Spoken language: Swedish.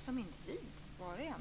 som individ påverka.